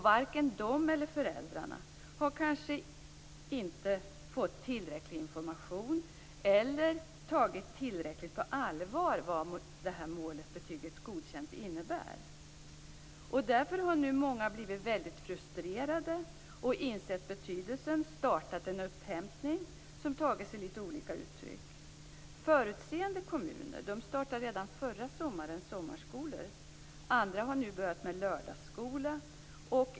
Varken de eller föräldrarna har kanske fått tillräcklig information om vad målet om betyget Godkänd innebär eller tagit det på allvar. Därför har nu många blivit väldigt frustrerade, insett betydelsen och startat en upphämtning som tagit sig litet olika uttryck. Förutseende kommuner startade redan förra sommaren sommarskolor. Andra har nu börjat med lördagsskola.